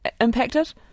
impacted